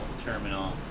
terminal